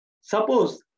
Suppose